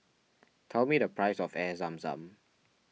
tell me the price of Air Zam Zam